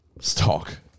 Stock